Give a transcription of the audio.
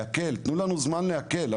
תנו לנו רק לעכל.